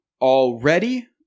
already